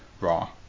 raw